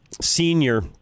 senior